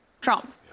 Trump